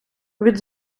від